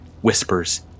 whispers